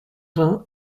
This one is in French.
vingt